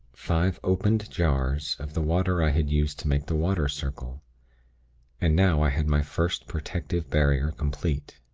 five opened jars of the water i had used to make the water circle and now i had my first protective barrier complete.